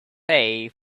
pay